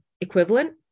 equivalent